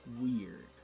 weird